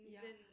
ya